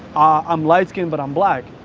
ah i'm light-skinned, but i'm black.